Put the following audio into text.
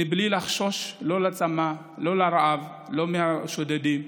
בלי לחשוש, לא מצמא, לא מרעב, לא משודדים,